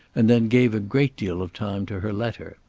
and then gave a great deal of time to her letter.